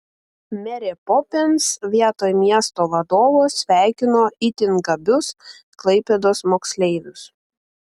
merė popins vietoj miesto vadovo sveikino itin gabius klaipėdos moksleivius